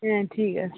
হ্যাঁ ঠিক আছে